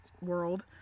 world